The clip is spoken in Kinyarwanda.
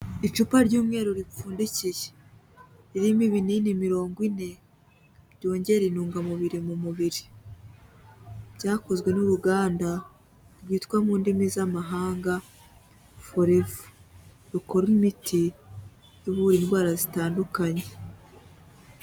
Icupa ry'umweru ripfundikiye, ririmo ibinini mirongo ine, byongera intungamubiri mu mubiri, byakozwe n'uruganda rwitwa mu ndimi z'amahanga Forever, rukora imiti ivura indwara zitandukanye.